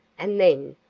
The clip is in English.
and then,